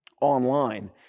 online